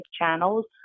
channels